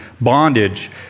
bondage